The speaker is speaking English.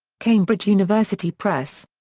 cambridge university press.